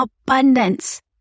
abundance